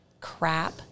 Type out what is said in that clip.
Crap